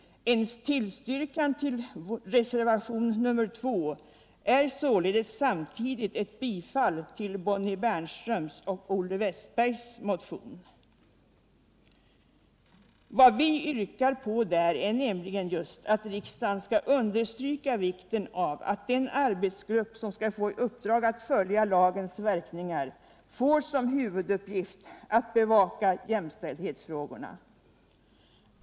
Ett bifall till reservation 2 är således samtidigt ett bifall till Bonnie Bernströms och Olle Wästbergs mouon. Där yrkar vi nämligen just att riksdagen skall understryka vikten av att den arbetsgrupp som skall få i uppdrag att följa lagens verkningar får som huvuduppgift att bevaka jämställdhetsfrågorna.